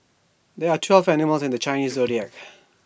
there are twelve animals in the Chinese Zodiac